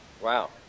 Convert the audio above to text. Wow